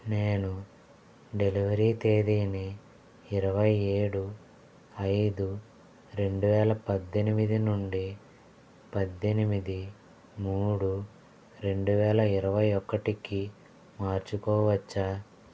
నేను డెలివరీ తేదీని ఇరవై ఏడు ఐదు రెండువేల పద్దెనిమిది నుండి పద్దెనిమిది మూడు రెండువేల ఇరవై ఒకటికి మార్చుకోవచ్చా